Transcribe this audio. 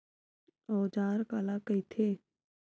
औजार काला कइथे?